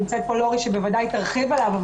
נמצאת פה לורי שבוודאי תרחיב עליו,